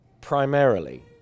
Primarily